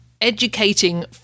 Educating